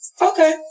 okay